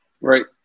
Right